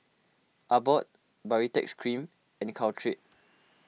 Abbott Baritex Cream and Caltrate